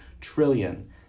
Trillion